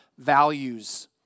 values